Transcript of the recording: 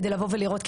כדי לבוא ולראות,